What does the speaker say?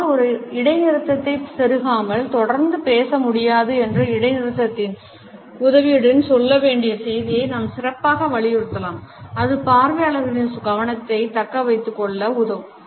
நம்மால் ஒரு இடைநிறுத்தத்தை செருகாமல் தொடர்ந்து பேச முடியாது ஒரு இடைநிறுத்தத்தின் உதவியுடன் சொல்ல வேண்டிய செய்தியை நாம் சிறப்பாக வலியுறுத்தலாம் அது பார்வையாளர்களின் கவனத்தைத் தக்கவைத்துக்கொள்ள உதவும்